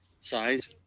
size